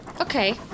Okay